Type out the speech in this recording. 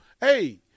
Hey –